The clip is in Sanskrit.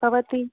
भवती